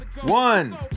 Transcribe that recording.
One